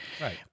Right